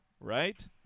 Right